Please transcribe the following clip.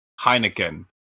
Heineken